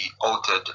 altered